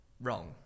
wrong